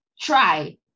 try